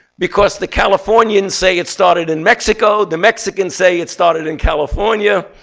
because the californians say it started in mexico. the mexicans say it started in california.